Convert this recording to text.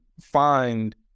find